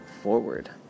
forward